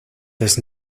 does